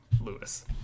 Lewis